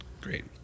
Great